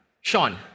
Sean